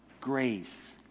grace